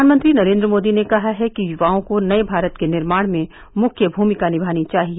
प्रधानमंत्री नरेन्द्र मोदी ने कहा है कि युवाओं को नये भारत के निर्माण में मुख्य भूमिका निभानी चाहिए